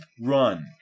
run